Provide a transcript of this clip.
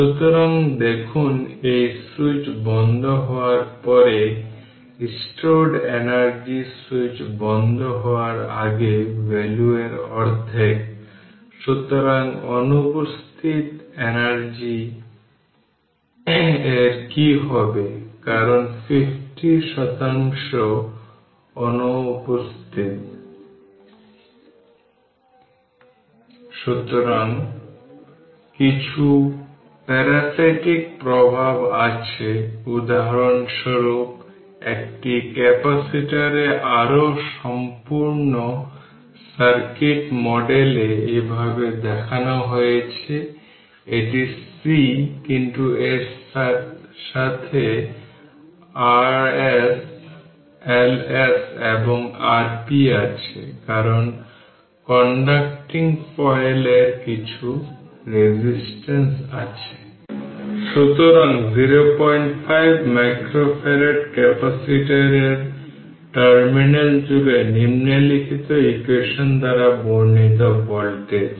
সুতরাং 05 মাইক্রোফ্যারাড ক্যাপাসিটরের টার্মিনাল জুড়ে নিম্নলিখিত ইকুয়েশন দ্বারা বর্ণিত ভোল্টেজ